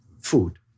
Food